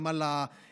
גם על הערכות,